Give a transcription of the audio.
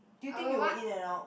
do you think you will in and out